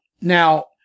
Now